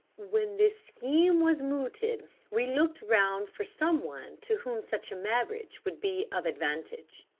when this scheme was mooted we looked round for some one to whom such a marriage would be of advantage,